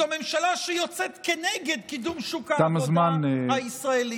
זאת ממשלה שיוצאת כנגד קידום שוק העבודה הישראלי,